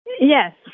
Yes